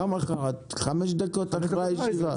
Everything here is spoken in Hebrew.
לא למחרת, חמש דקות אחרי הישיבה.